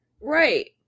Right